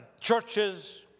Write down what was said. churches